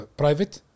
private